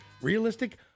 Realistic